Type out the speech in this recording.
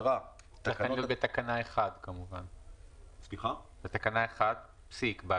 תיקון תקנה 1 תיקון תקנה 7 תיקון תקנה